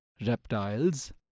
reptiles